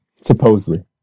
Supposedly